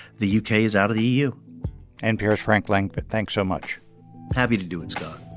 the u k. is out of the eu npr's frank langfitt, thanks so much happy to do it, scott